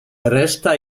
reszta